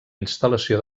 instal·lació